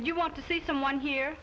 you want to see someone here